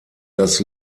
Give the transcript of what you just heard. das